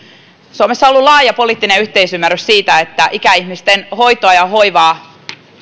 suomessa on ollut laaja poliittinen yhteisymmärrys siitä että ikäihmisten hoitoa ja hoivaa